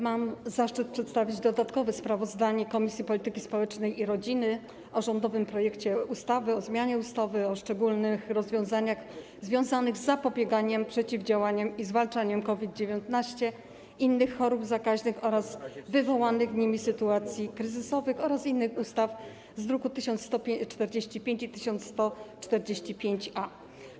Mam zaszczyt przedstawić dodatkowe sprawozdanie Komisji Polityki Społecznej i Rodziny o rządowym projekcie ustawy o zmianie ustawy o szczególnych rozwiązaniach związanych z zapobieganiem, przeciwdziałaniem i zwalczaniem COVID-19, innych chorób zakaźnych oraz wywołanych nimi sytuacji kryzysowych oraz niektórych innych ustaw, druki nr 1145 i 1145-A.